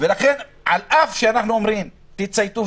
ולכן על אף שאנחנו אומרים "תצייתו",